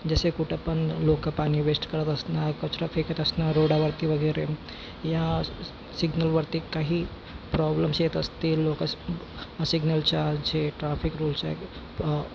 जसे कुठं पण लोक पाणी वेस्ट करत असणार कचरा फेकत असणार रोडावरती वगैरे या सिग्नलवरती काही प्रॉब्लम्स येत असतील लोक सिग्नलच्या झे ट्राफिक रुल्स आहे